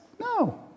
No